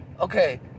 Okay